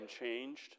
unchanged